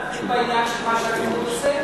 את יכולה להרחיב בעניין של מה שהליכוד עושה?